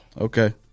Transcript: Okay